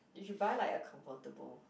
you should buy like a convertible